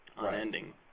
unending